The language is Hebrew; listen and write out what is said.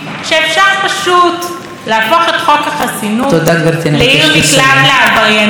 כשאפשר פשוט להפוך את חוק החסינות לעיר מקלט לעבריינים?